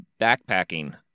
backpacking